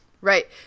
Right